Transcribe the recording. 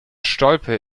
stolpe